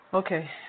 Okay